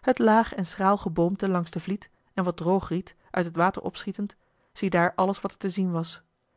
het laag en schraal geboomte langs den vliet en wat droog riet uit het water opschietend ziedaar alles wat er te zien was